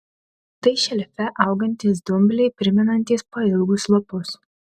tai šelfe augantys dumbliai primenantys pailgus lapus